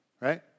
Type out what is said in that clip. right